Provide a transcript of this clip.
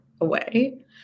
away